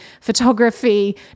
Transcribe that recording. photography